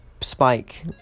Spike